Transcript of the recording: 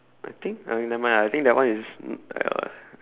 I think !aiya! never mind lah I think that one is mm